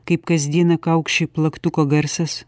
kaip kasdieną kaukši plaktuko garsas